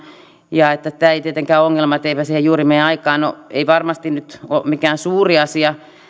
ja että tämä ei tietenkään ole ongelma että eipä siihen juuri mene aikaa no ei varmasti nyt ole mikään suuri asia